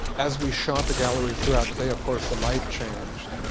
as we shot the gallery throughout the day, of course the light changed.